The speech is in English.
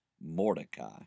Mordecai